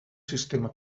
sistema